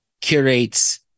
curates